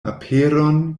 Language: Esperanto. aperon